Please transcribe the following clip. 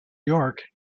york